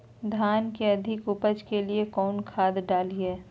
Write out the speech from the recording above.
धान के अधिक उपज के लिए कौन खाद डालिय?